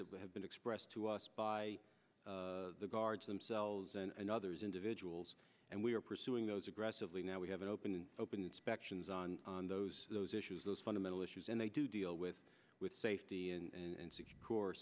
that have been expressed to us by the guards themselves and others individuals and we are pursuing those aggressively now we have an open open inspections on those those issues those fundamental issues and they do deal with with safety and six